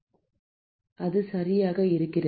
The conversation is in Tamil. மாணவர் அது சரியாக இருக்கிறது